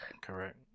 Correct